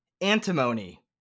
Antimony